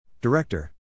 Director